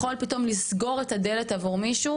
יכול פתאום לסגור את הדלת עבור מישהו.